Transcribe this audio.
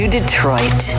Detroit